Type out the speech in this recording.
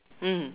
mm